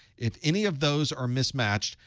if any of those are mismatched,